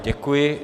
Děkuji.